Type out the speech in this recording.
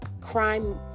Crime